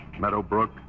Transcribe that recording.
Meadowbrook